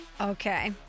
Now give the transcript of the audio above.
Okay